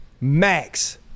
Max